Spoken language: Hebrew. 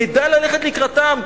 כדאי ללכת לקראתם,